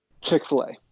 Chick-fil-A